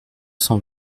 cent